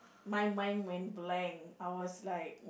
my mind went blank I was like